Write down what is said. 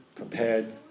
prepared